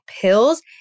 pills